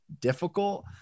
difficult